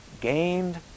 gained